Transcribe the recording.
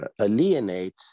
alienate